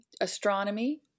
astronomy